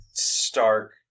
stark